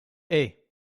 hey